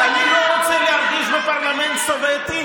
אני לא רוצה להרגיש בפרלמנט סובייטי